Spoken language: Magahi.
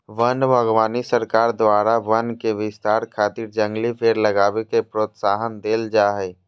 वन बागवानी सरकार द्वारा वन के विस्तार खातिर जंगली पेड़ लगावे के प्रोत्साहन देल जा हई